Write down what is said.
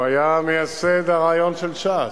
הוא היה מייסד הרעיון של ש"ס.